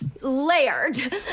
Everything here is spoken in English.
Layered